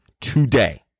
today